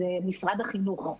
זה משרד החינוך.